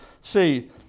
see